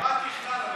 היא אמרה ככלל,